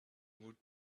would